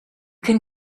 can